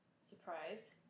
surprise